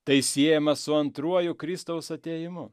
tai siejama su antruoju kristaus atėjimu